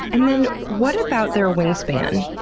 and then what about their wingspan?